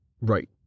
Right